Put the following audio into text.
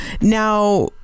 Now